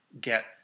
get